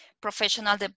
professional